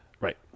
Right